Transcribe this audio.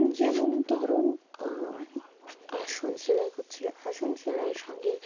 যেমন ধরুন আসন সেলাই করছি আসন সেলাইয়ের সঙ্গে